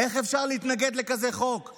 איך אפשר להתנגד לחוק כזה?